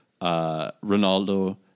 Ronaldo